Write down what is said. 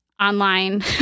online